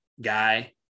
guy